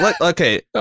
okay